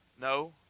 No